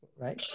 right